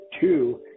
two